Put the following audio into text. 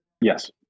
Yes